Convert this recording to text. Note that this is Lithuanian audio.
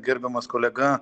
gerbiamas kolega